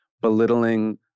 belittling